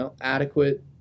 adequate